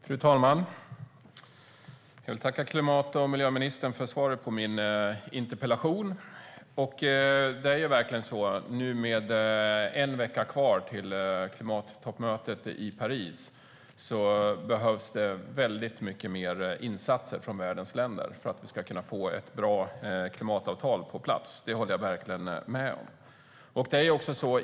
Fru talman! Jag vill tacka klimat och miljöministern för svaret på min interpellation. Med en vecka kvar till klimattoppmötet i Paris behövs det nu väldigt mycket mer insatser från världens länder för att man ska kunna få ett bra klimatavtal på plats, det håller jag verkligen med om.